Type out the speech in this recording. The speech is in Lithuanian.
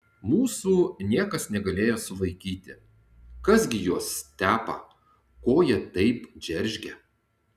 mūsų niekas negalėjo sulaikyti kas gi juos tepa ko jie taip džeržgia